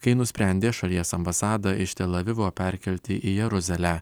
kai nusprendė šalies ambasadą iš tel avivo perkelti į jeruzalę